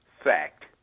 fact